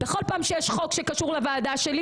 בכל פעם שיש חוק שקשור לוועדה שלי